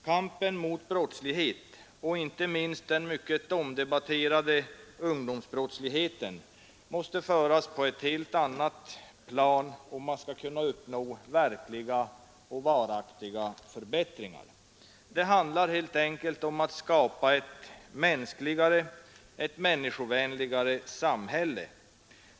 Kampen mot brottslighet — och inte minst den mycket omdebatterade ungdomsbrottsligheten — måste föras på ett helt annat plan om man skall kunna uppnå verkliga och varaktiga förbättringar Det handlar helt enkelt om att skapa ett mänskligare, ett människovänligare samhälle.